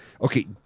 Okay